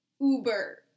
uber